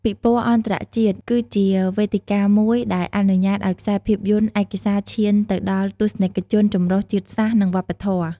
ពិព័រណ៍អន្តរជាតិ គឺជាវេទិកាមួយដែលអនុញ្ញាតឱ្យខ្សែភាពយន្តឯកសារឈានទៅដល់ទស្សនិកជនចម្រុះជាតិសាសន៍ និងវប្បធម៌។